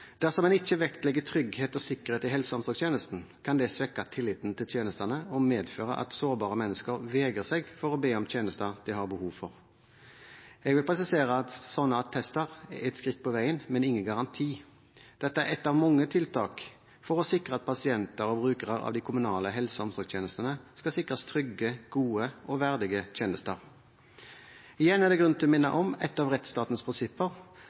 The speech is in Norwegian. Dersom en ikke vektlegger trygghet og sikkerhet i helse- og omsorgstjenesten, kan det svekke tilliten til tjenestene og medføre at sårbare mennesker vegrer seg for å be om tjenester de har behov for. Jeg vil presisere at sånne attester er et skritt på veien, men ingen garanti. Dette er ett av mange tiltak for å sikre at pasienter og brukere av de kommunale helse- og omsorgstjenestene skal sikres trygge, gode og verdige tjenester. Igjen er det grunn til å minne om et av rettsstatens prinsipper,